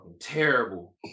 Terrible